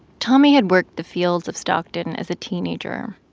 tommie had worked the fields of stockton as a teenager,